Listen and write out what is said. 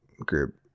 group